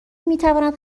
میتواند